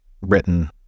written